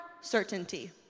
certainty